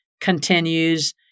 continues